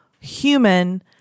human